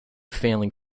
failing